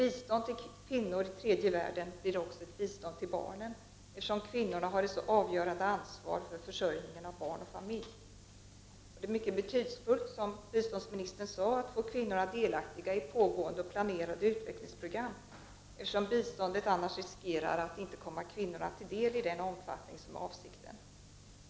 Bistånd till kvinnor i tredje världen blir också ett bistånd till barnen, eftersom kvinnorna har ett avgörande ansvar för försörjningen av barn och familj. Det är mycket betydelsefullt, som biståndsministern sade, att kvinnorna blir delaktiga i pågående och planerade utvecklingsprojekt, eftersom biståndet annars riskerar att inte komma kvinnorna till del i den omfattning som är avsikten.